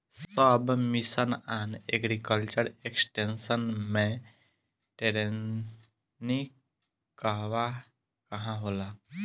सब mission on agriculture extension मै टेरेनीं कहवा कहा होला?